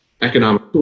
economic